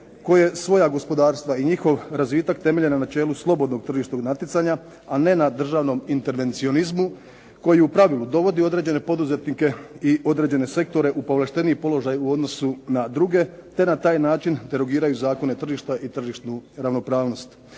koje svoja gospodarstva i razvitak temelje na načelu slobodnog tržišnog natjecanja a ne na državnom intervencionizmu koji u pravilu dovodi određene poduzetnike i određene sektore u povlašteniji položaj u odnosu na druge te na taj način derogiraju Zakone tržišta i tržišnu ravnopravnost.